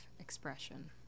expression